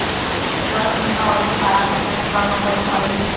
स्वास्थ्य बीमा होए पे सारा खरचा बीमा कम्पनी उठावेलीन